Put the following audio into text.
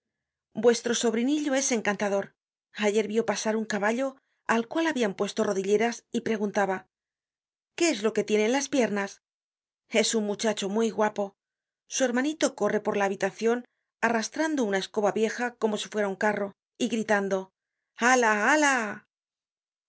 vuestro sobrinillo es encantador ayer vió pasar un caballo al cual habian puesto rodilleras y preguntaba qué es lo que tiene en las piernas es un muchacho muy guapo su hermanito corre por la habitacion arrastrando una escoba vieja como si fuera un carro y gritando ala ala